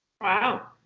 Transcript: Wow